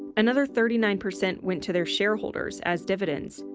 another thirty nine percent went to their shareholders as dividends,